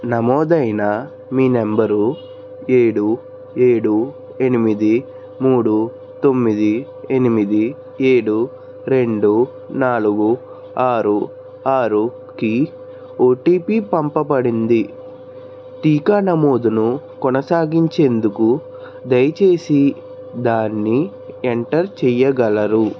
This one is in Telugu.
నమోదైన మీ నంబరు ఏడు ఏడు ఎనిమిది మూడు తొమ్మిది ఎనిమిది ఏడు రెండు నాలుగు ఆరు ఆరుకి ఓటిపి పంపబడింది టీకా నమోదును కొనసాగించేందుకు దయచేసి దాన్ని ఎంటర్ చేయగలరు